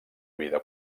vida